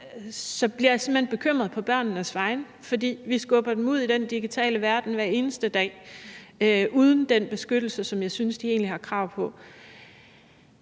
bliver jeg simpelt hen bekymret på børnenes vegne, for vi skubber dem ud i den digitale verden hver eneste dag uden den beskyttelse, som jeg egentlig synes de har krav på.